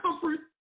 comfort